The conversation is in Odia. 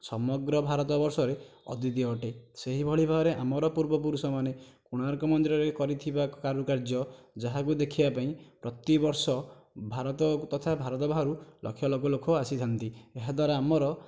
ସମଗ୍ର ଭାରତ ବର୍ଷରେ ଅଦ୍ୱିତୀୟ ଅଟେ ସେହିଭଳି ଭାବରେ ଆମର ପୂର୍ବପୁରୁଷ ମାନେ କୋଣାର୍କ ମନ୍ଦିରରେ କରିଥିବା କରୁକାର୍ଯ୍ୟ ଯାହାକୁ ଦେଖିବା ପାଇଁ ପ୍ରତି ବର୍ଷ ଭାରତ ତଥା ଭାରତ ବାହାରୁ ଲକ୍ଷ ଲକ୍ଷ ଲୋକ ଆସିଥାନ୍ତି ଏହା ଦ୍ୱାରା ଆମର